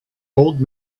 old